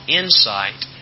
insight